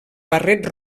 barret